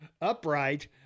upright